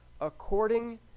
according